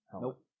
Nope